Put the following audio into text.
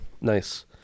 Nice